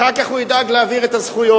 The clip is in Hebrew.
אחר כך הוא ידאג להעביר את הזכויות,